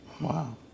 Wow